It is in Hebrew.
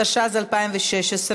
התשע"ז 2016,